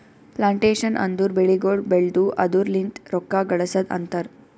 plantation ಅಂದುರ್ ಬೆಳಿಗೊಳ್ ಬೆಳ್ದು ಅದುರ್ ಲಿಂತ್ ರೊಕ್ಕ ಗಳಸದ್ ಅಂತರ್